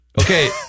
Okay